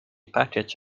package